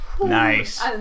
Nice